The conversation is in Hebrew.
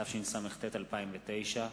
התשס”ט 2009,